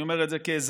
אני אומר את זה כאזרח,